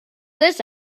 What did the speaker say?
this